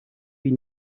also